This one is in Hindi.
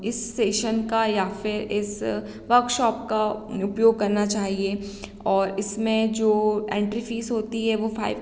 इस सेशन का या फ़िर इस वर्कशॉप का उपयोग करना चाहिए और इसमें जो एंट्री फीस होती है वह फाइव